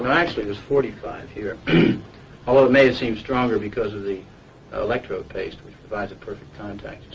but actually it was forty five here. although it may seem stronger because of the electrode paste, which provides a perfect contact